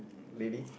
maybe